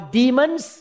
demons